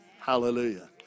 Hallelujah